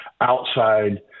outside